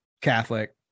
Catholic